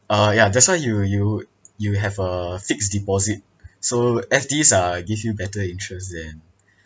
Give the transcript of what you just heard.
uh yeah that's why you you you have a fixed deposit so F_Ds uh give you better interest than